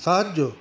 সাহায্য